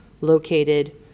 located